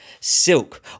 Silk